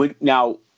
Now